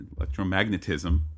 electromagnetism